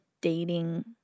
dating